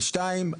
ושתיים,